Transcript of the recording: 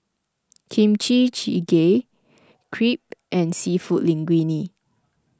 Kimchi Jjigae Crepe and Seafood Linguine